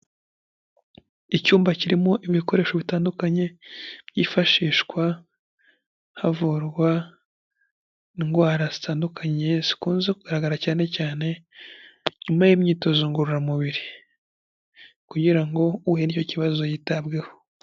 Icyumba kirimo ibikoresho bitandukanye byifashishwa havurwa indwara zitandukanye zikunze kugaragara cyanecyane nyuma y'imyitozo ngororamubiri kugira ngo uhuye n'icyo kibazo yitabweho.